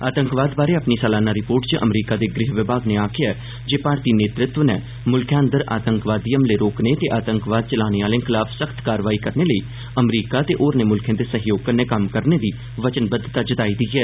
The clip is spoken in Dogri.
आतंकवाद बारै अपनी सलाना रिपोर्ट च अमरीका दे गृह विभाग नै आखेआ ऐ जे भारती नेतृत्व नै मुल्खै अंदर आतंकवादी हमले रोकने ते आतंकवाद चलाने आह्लें खलाफ सख्त कार्रवाई करने लेई अमरीका ते होरनें मुल्खें दे सैहयोग कन्नै कम्म करने दी वचनबद्वता जताई दी ऐ